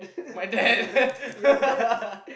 my dad